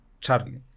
Charlie